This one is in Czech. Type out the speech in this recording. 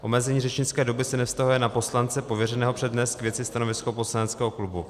Omezení řečnické doby se nevztahuje na poslance pověřeného přednést k věci stanovisko poslaneckého klubu.